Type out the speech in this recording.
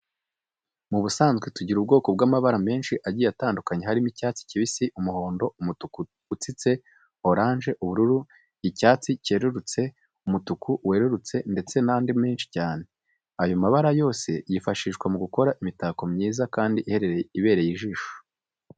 Mu busanzwe tugira ubwoko bw'amabara menshi agiye atandukanye harimo icyatsi kibisi, umuhondo, umutuku utsitse, oranje, ubururu, icyatsi cyerurutse, umutuku werurutse ndetse n'andi menshi cyane. Aya mabara yose yifashishwa mu gukora imitako myiza kandi ibereye ijisho.